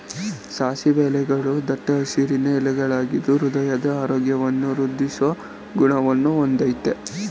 ಸಾಸಿವೆ ಎಲೆಗಳೂ ದಟ್ಟ ಹಸಿರಿನ ಎಲೆಗಳಾಗಿದ್ದು ಹೃದಯದ ಆರೋಗ್ಯವನ್ನು ವೃದ್ದಿಸೋ ಗುಣವನ್ನ ಹೊಂದಯ್ತೆ